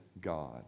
God